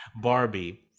barbie